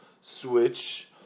switch